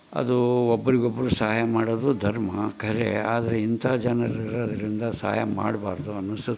ಅದು ಒಬ್ರಿಗೆ ಒಬ್ಬರು ಸಹಾಯ ಮಾಡೋದು ಧರ್ಮ ಖರೆ ಆದರೆ ಇಂಥ ಜನರು ಇರೋದರಿಂದ ಸಹಾಯ ಮಾಡಬಾರ್ದು ಅನಿಸುತ್ತೆ